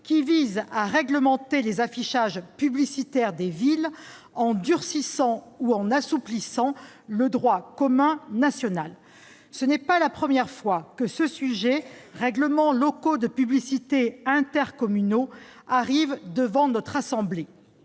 PLU, vise à réglementer les affichages publicitaires des villes, en durcissant ou assouplissant le droit commun national. Ce n'est pas la première fois que ce sujet des règlements locaux de publicité intercommunaux arrive devant notre assemblée.